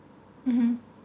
mmhmm